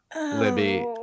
Libby